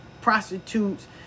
prostitutes